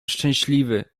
szczęśliwy